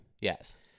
Yes